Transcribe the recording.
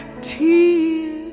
tears